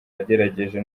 yagerageje